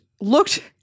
looked